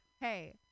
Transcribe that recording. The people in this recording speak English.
Hey